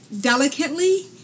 delicately